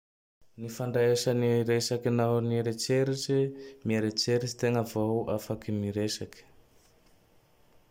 Ny fandraisany resaky nao ny eritseritsy. Mieretseritsy tegna vao afaky miresaky.